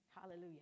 Hallelujah